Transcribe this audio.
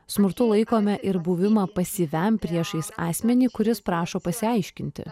smurtu laikome ir buvimą pasyviam priešais asmenį kuris prašo pasiaiškinti